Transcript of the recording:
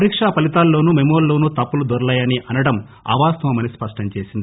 పరీకా ఫలితాల్లో నూ మెమోల్లో నూ తప్పులు దొర్లాయనడం అవాస్తవమని స్పష్టంచేసింది